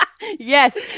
Yes